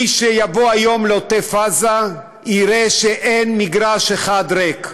מי שיבוא היום לעוטף עזה יראה שאין מגרש אחד ריק.